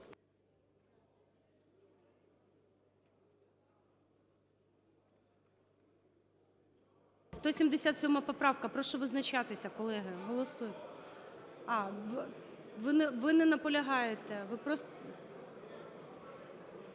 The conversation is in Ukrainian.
177 поправка, прошу визначатися, колеги. Голосуємо. А, ви не наполягаєте, ви просто…